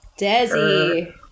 Desi